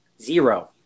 zero